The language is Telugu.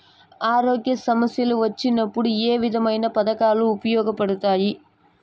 ఆరోగ్య సమస్యలు వచ్చినప్పుడు ఏ విధమైన పథకాలు ఉపయోగపడతాయి